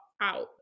out